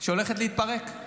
שהולכת להתפרק.